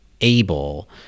able